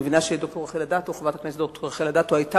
אני מבינה שחברת הכנסת ד"ר רחל אדטו היתה